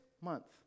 month